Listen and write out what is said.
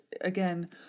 again